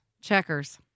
Checkers